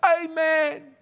Amen